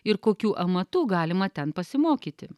ir kokių amatų galima ten pasimokyti